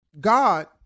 God